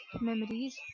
memories